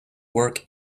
work